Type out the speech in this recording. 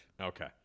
Okay